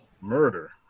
murder